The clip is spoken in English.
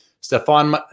Stefan